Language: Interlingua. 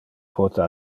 pote